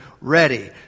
ready